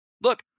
Look